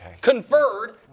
conferred